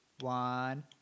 one